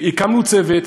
הקמנו צוות.